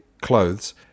clothes